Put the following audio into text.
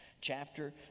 chapter